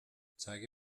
zeige